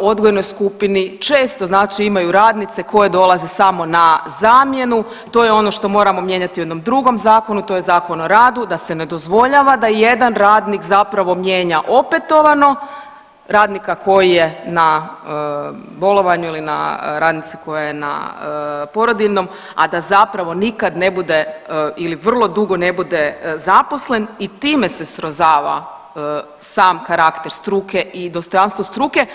odgojnoj skupini često znači imaju radnice koje dolaze samo na zamjenu, to je ono što moramo mijenjati u jednom drugom zakonu, to je Zakon o radu da se ne dozvoljava da jedan radnik zapravo mijenja opetovano radnika koji je na bolovanju ili na, radnice koja je na porodiljnom, a da zapravo nikad ne bude ili vrlo dugo ne bude zaposlen i time se srozava sam karakter struke i dostojanstvo struke.